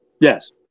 Yes